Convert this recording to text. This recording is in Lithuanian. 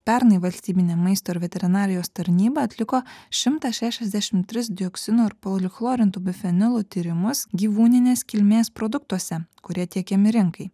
pernai valstybinė maisto ir veterinarijos tarnyba atliko šimtą šešiasdešim tris dioksinų ir polichlorintų bifenilų tyrimus gyvūninės kilmės produktuose kurie tiekiami rinkai